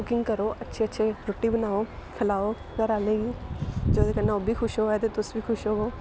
cooking करो अच्छे अच्छे रुट्टी बनाओ खलाओ घर आह्लें गी जेह्दे कन्नै ओह् बी खुश होऐ ते तुस बी खुश होवो